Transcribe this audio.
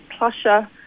plusher